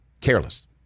careless